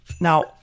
now